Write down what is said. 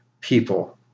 people